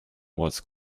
was